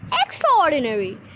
extraordinary